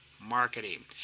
marketing